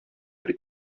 бер